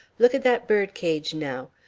look at that bird cage now.